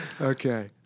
Okay